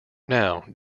now